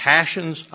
passions